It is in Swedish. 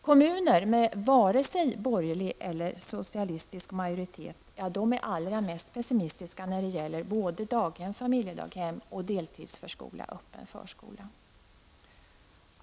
Kommuner med varken socialistisk eller borgerlig majoritet är allra mest pessimistiska när det gäller både daghem öppen förslola.